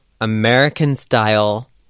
American-style